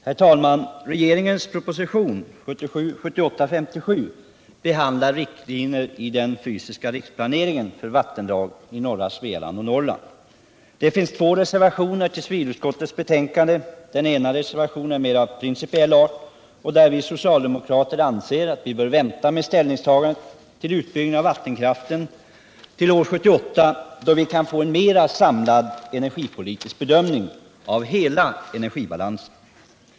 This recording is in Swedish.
Herr talman! Regeringens proposition nr 57 behandlar riktlinjer i den fysiska riksplaneringen för vattendrag i norra Svealand och Norrland. Det finns två reservationer vid civilutskottets betänkande. Den ena reservationen är av mera principiell art. Vi socialdemokrater framhåller där att man bör vänta med ställningstagandet till utbyggnad av vattenkraften till år 1978, då man kan få en mera samlad energipolitisk bedömning av hela energibalansen.